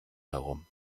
herum